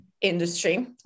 industry